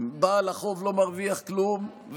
בעל החוב לא מרוויח כלום,